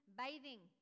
bathing